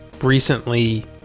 recently